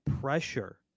pressure